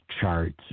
charts